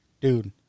Dude